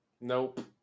nope